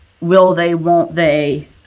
will-they-won't-they